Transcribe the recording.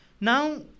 Now